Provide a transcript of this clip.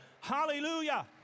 Hallelujah